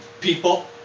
people